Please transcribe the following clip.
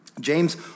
James